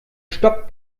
stopp